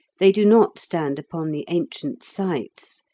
they do not stand upon the ancient sites,